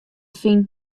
finen